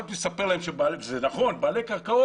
יכולתי לספר לכם וזה נכון שבעלי קרקעות,